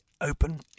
open